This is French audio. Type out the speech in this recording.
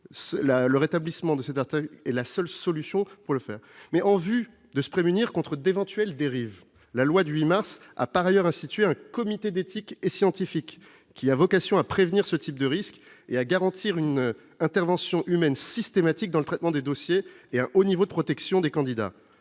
le rétablissement de cette attaque est la seule solution pour le faire mais en vue de se prémunir contre d'éventuelles dérives, la loi du 8 mars a par ailleurs institué un comité d'éthique et scientifique qui a vocation à prévenir ce type de risque et à garantir une intervention humaine systématique dans le traitement des dossiers et un haut niveau de protection des candidats,